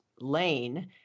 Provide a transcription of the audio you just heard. lane